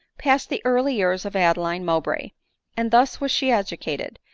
passed the early years of adeline mowbray and thus was she educated,